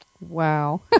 Wow